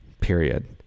Period